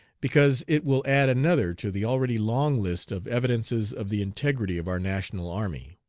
because it will add another to the already long list of evidences of the integrity of our national army.